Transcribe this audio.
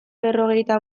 berrogeita